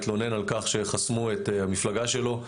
התלונן על כך שחסמו את המפלגה שלו.